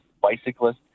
bicyclists